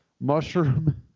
Mushroom